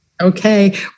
Okay